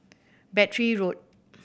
Battery Road